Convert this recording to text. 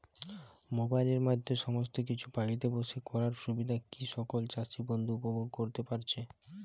মোবাইলের মাধ্যমে সমস্ত কিছু বাড়িতে বসে করার সুবিধা কি সকল চাষী বন্ধু উপভোগ করতে পারছে?